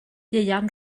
ieuan